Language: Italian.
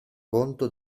conto